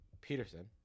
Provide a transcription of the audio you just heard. Peterson